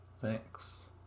thanks